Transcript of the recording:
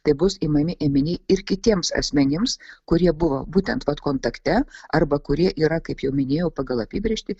tai bus imami ėminiai ir kitiems asmenims kurie buvo būtent vat kontakte arba kurie yra kaip jau minėjau pagal apibrėžtį